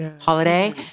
holiday